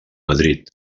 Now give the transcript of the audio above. madrid